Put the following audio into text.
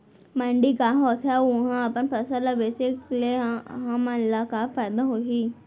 मंडी का होथे अऊ उहा अपन फसल ला बेचे ले हमन ला का फायदा होही?